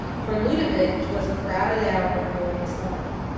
for ludovic twas a crowded hour of glorious life.